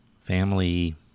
family